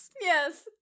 yes